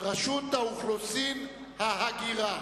רשות האוכלוסין, ההגירה.